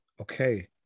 Okay